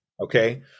Okay